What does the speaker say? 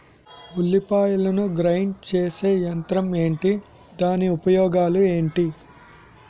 ఉల్లిపాయలను గ్రేడ్ చేసే యంత్రం ఏంటి? దాని ఉపయోగాలు ఏంటి?